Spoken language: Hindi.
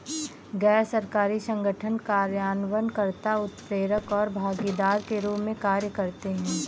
गैर सरकारी संगठन कार्यान्वयन कर्ता, उत्प्रेरक और भागीदार के रूप में कार्य करते हैं